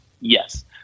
Yes